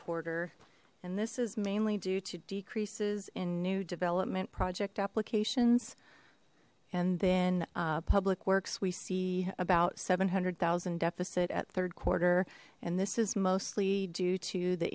quarter and this is mainly due to decreases in new development project applications and then public works we see about seven hundred zero deficit at third quarter and this is mostly due to the